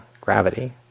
gravity